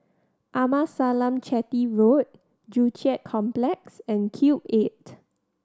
Amasalam Chetty Road Joo Chiat Complex and Cube Eight